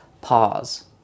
pause